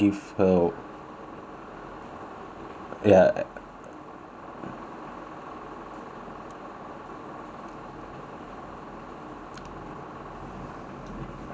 ya